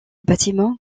bâtiment